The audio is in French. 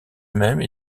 même